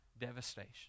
devastation